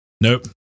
Nope